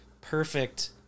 perfect